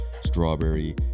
strawberry